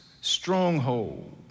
stronghold